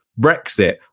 Brexit